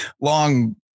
long